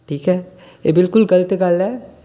ठीक ऐ एह् बिलकुल गलत गल्ल ऐ